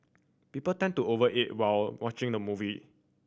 people tend to over eat while watching the movie